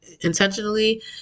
intentionally